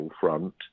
front